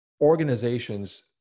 organizations